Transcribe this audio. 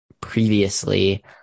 previously